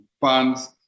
funds